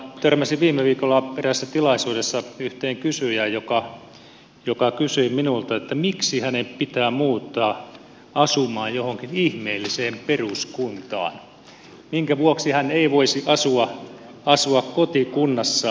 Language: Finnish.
törmäsin viime viikolla eräässä tilaisuudessa yhteen kysyjään joka kysyi minulta miksi hänen pitää muuttaa asumaan johonkin ihmeelliseen peruskuntaan minkä vuoksi hän ei voisi asua kotikunnassaan